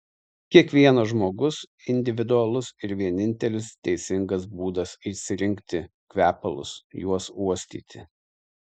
kiekvienas žmogus individualus ir vienintelis teisingas būdas išsirinkti kvepalus juos uostyti